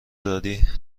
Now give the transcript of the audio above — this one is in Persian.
داری